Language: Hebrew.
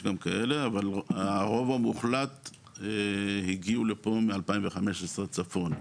אבל הרוב המוחלט הגיעו לפה מ-2015 צפונה.